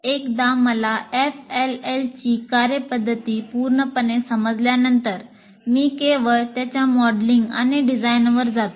एकदा मला FLL ची कार्यपद्धती पूर्णपणे समजल्यानंतर मी केवळ त्याच्या मॉडेलिंग आणि डिझाइनवर जातो